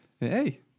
Hey